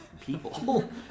people